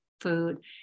food